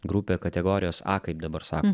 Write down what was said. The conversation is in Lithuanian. grupė kategorijos a kaip dabar sako